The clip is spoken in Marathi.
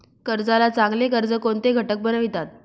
कर्जाला चांगले कर्ज कोणते घटक बनवितात?